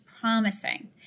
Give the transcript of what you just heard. promising